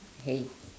hey